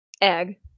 egg